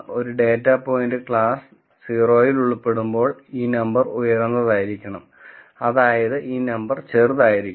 ഒരു data point class 0 ൽ ഉൾപ്പെടുമ്പോൾ ഈ നമ്പർ ഉയർന്നതായിരിക്കണം അതായത് ഈ നമ്പർ ചെറുതായിരിക്കണം